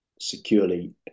securely